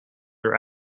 are